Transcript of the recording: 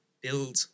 build